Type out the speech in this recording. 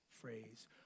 phrase